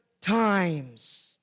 times